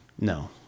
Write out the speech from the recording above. No